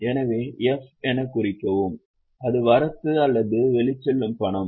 எனவே 'f' எனக் குறிக்கவும் அது வரத்து அல்லது வெளிச்செல்லும் பணம்